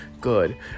good